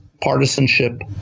partisanship